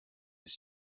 his